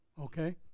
okay